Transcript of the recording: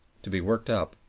to be worked up,